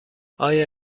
آیا